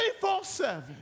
24-7